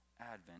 Advent